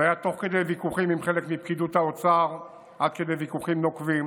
זה היה תוך כדי ויכוחים עם חלק מפקידוּת האוצר עד כדי ויכוחים נוקבים